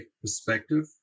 perspective